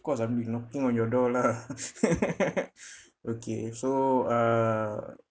course I'll be knocking on your door lah okay so uh